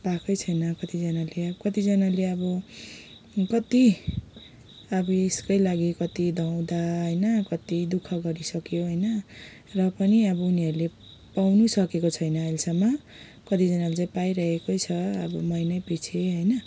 पाएकै छैन कतिजनाले अब कतिजनाले अब कत्ति अब यसकै लागि कत्ति धाउँदा होइन कत्ति दुखः गरिसक्यो होइन र पनि अब उनिहरूले पाउनै सकेको छैन अहिलेसम्म कतिजनाले चाहिँ पाइरहेकै छ अब महिनैपिच्छे होइन